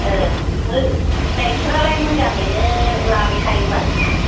औ गाइखेरालाय मोजाङैनो लाबोखायो बाल